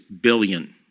billion